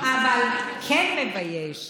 אבל כן מבייש.